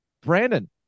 Brandon